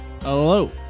Hello